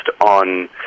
on